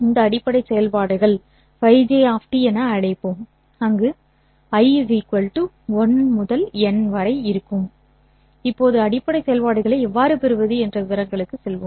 இந்த அடிப்படை செயல்பாடுகள் இதை Фj என அழைப்போம் அங்கு j 1 முதல் n வரை இப்போது அடிப்படை செயல்பாடுகளை எவ்வாறு பெறுவது என்ற விவரங்களுக்கு செல்வோம்